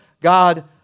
God